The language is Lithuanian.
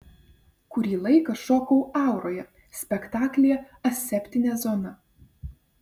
kurį laiką šokau auroje spektaklyje aseptinė zona